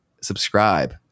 subscribe